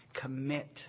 Commit